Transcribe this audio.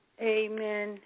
Amen